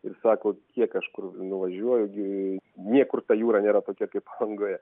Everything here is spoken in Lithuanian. ir sako kiek aš kur nuvažiuoju gi niekur ta jūra nėra tokia kaip palangoje